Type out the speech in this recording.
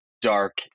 dark